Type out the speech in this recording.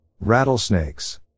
Rattlesnakes